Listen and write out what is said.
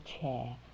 chair